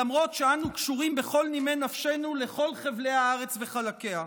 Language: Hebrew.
למרות שאנו קשורים בכל נימי נפשנו לכל חבלי הארץ וחלקיה.